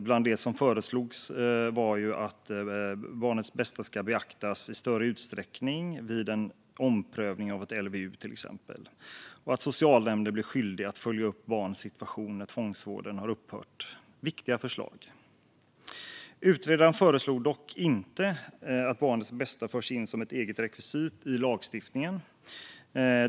Bland det som föreslås är att barnets bästa ska beaktas i större utsträckning vid en omprövning av LVU och att socialnämnderna blir skyldiga att följa upp barns situation när tvångsvården har upphört - viktiga förslag. Utredaren föreslår dock inte att barnets bästa förs in som ett eget rekvisit i lagstiftningen.